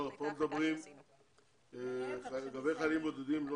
לא, פה מדברים לגבי חיילים בודדים,